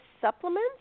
supplements